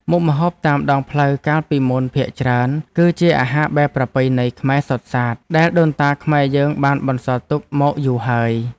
មុខម្ហូបតាមដងផ្លូវកាលពីមុនភាគច្រើន គឺជាអាហារបែបប្រពៃណីខ្មែរសុទ្ធសាធដែលដូនតាខ្មែរយើងបានបន្សល់ទុកមកយូរហើយ។